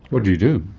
what do you do?